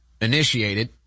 initiated